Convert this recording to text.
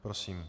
Prosím.